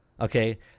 okay